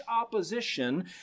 opposition